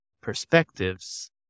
perspectives